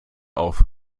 auf